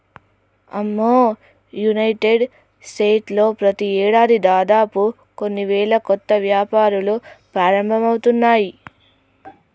అమ్మో United States లో ప్రతి ఏడాది దాదాపు కొన్ని వేల కొత్త వ్యాపారాలు ప్రారంభమవుతున్నాయి